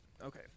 Okay